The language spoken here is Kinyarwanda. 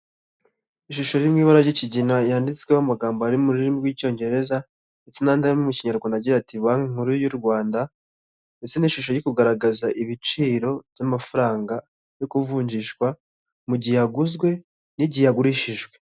Ishusho riri mu ibara ry'ikigina yanditsweho amagambo ari mu rurimi rw'icyongereza ndetse n'andi ari mu kinyarwanda agira ati banki nkuru y' u Rwanda , ndetse n'ishusho iri kugaragaza ibiciro by'amafaranga yo kuvunjishwa mu gihe yaguzwe n'igihe yagurishijwe.